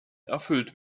erfüllt